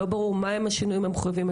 לא ברור מה הם השינויים המחויבים.